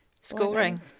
scoring